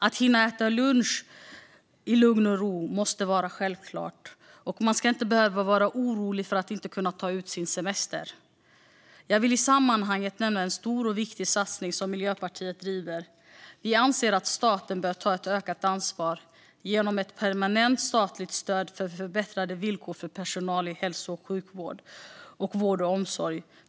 Att hinna äta lunch i lugn och ro måste vara självklart, och man ska inte behöva vara orolig för att inte kunna ta ut sin semester. Jag vill i sammanhanget nämna en stor och viktig satsning som Miljöpartiet driver. Vi anser att staten bör ta ett ökat ansvar genom ett permanent statligt stöd för förbättrade villkor för personal i hälso och sjukvård och vård och omsorg.